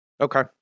Okay